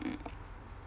mm